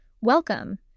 welcome